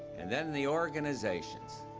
and then the organizations,